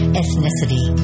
ethnicity